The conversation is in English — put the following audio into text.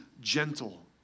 gentle